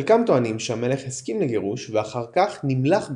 חלקם טוענים שהמלך הסכים לגירוש ואחר כך נמלך בדעתו,